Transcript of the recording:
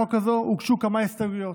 להצעת חוק זו הוגשו כמה הסתייגויות.